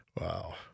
Wow